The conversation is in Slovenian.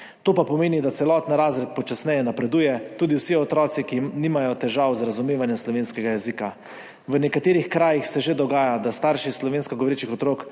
to pa pomeni, da celoten razred počasneje napreduje, tudi vsi otroci, ki nimajo težav z razumevanjem slovenskega jezika. V nekaterih krajih se že dogaja, da starši slovensko govorečih otrok